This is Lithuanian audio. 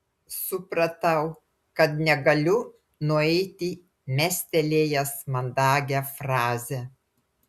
supratau kad negaliu nueiti mestelėjęs mandagią frazę